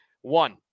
One